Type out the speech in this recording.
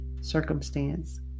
circumstance